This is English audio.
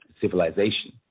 civilization